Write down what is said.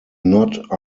not